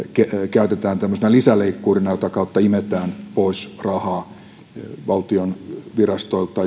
käytetään tämmöisenä lisäleikkurina mitä kautta imetään pois rahaa valtion virastoilta